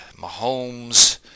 Mahomes